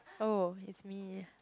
oh is me